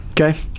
Okay